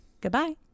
Goodbye